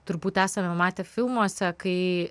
turbūt esame matę filmuose kai